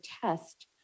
test